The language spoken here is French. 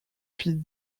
fille